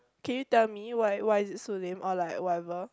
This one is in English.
can you tell me why why is it so lame or like whatever